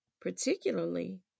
Particularly